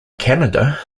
canada